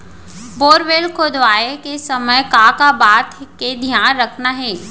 Borewell खोदवाए के समय का का बात के धियान रखना हे?